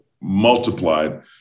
multiplied